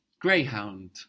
greyhound